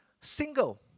single